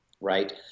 right